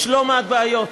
יש לא מעט בעיות.